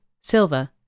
silver